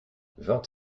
vingt